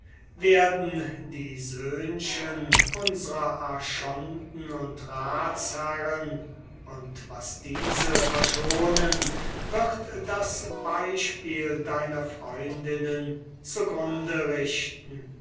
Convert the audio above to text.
werden die söhnchen unsrer archonten und prytanen und was diese verschonen wird das beispiel deiner freundinnen zu grunde richten